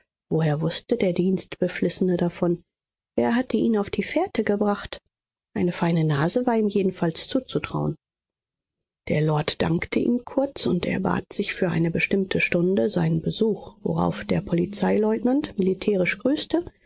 woher wußte der dienstbeflissene davon wer hatte ihn auf die fährte gebracht eine feine nase war ihm jedenfalls zuzutrauen der lord dankte ihm kurz und erbat sich für eine bestimmte stunde seinen besuch worauf der polizeileutnant militärisch